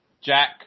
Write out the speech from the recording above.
Jack